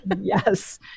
Yes